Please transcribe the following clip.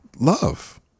Love